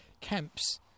camps